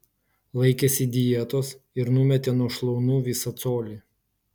laikėsi dietos ir numetė nuo šlaunų visą colį